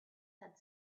had